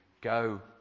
go